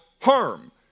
harm